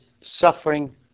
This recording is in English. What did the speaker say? suffering